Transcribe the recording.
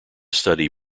study